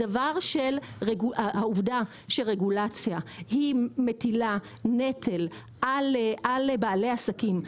העובדה שרגולציה היא מטילה נטל על בעלי עסקים,